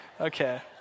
Okay